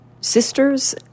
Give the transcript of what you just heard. sisters